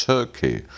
Turkey